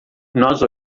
nós